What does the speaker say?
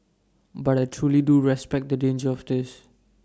but I truly do respect the danger of this